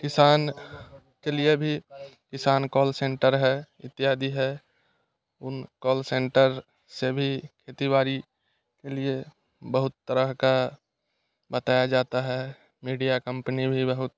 किसान के लिए भी किसान कॉल सेंटर है इत्यादि है उन कॉल सेंटर से भी खेती बाड़ी लिए बहुत तरह का बताया जाता है मीडिया कंपनी भी बहुत